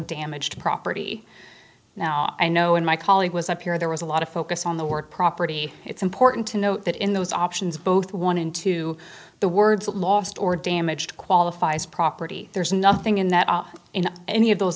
damaged property now i know and my colleague was up here there was a lot of focus on the word property it's important to note that in those options both one into the words lost or damaged qualifies property there's nothing in that in any of those